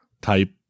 type